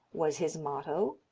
was his motto,